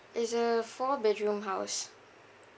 is a four bedroom house